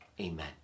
Amen